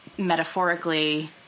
metaphorically